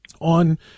on